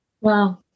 Wow